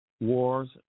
wars